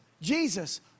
Jesus